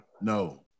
No